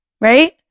Right